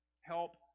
Help